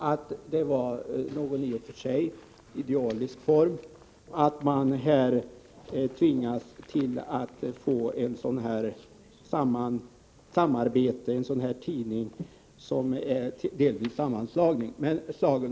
Herr talman! Bara en kort notering. Jag konstaterade ju att jag inte ansåg att det var någon i och för sig idealisk form med en sådan här sammanslagen tidning.